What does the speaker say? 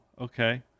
okay